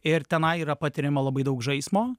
ir tenai yra patiriama labai daug žaismo